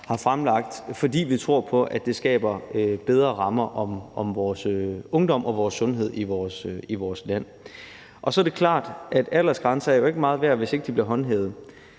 har fremlagt, fordi vi tror på, at det skaber bedre rammer om vores ungdom og vores sundhed i vores land. Så er det klart, at aldersgrænser ikke er meget værd, hvis ikke de bliver håndhævet.